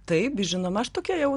taip žinoma aš tokia jau